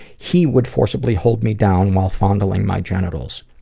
he would forcibly hold me down while fondling my genitals.